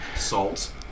Salt